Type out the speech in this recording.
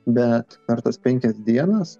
bet per tas penkias dienas